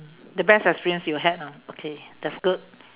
the best experience you had lah okay that's good